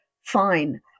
fine